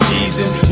Jesus